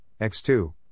X2